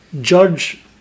judge